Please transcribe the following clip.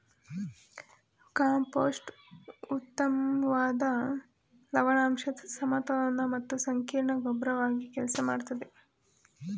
compost ಉತ್ತಮ್ವಾದ ಲವಣಾಂಶದ್ ಸಮತೋಲನ ಮತ್ತು ಸಂಕೀರ್ಣ ಗೊಬ್ರವಾಗಿ ಕೆಲ್ಸ ಮಾಡ್ತದೆ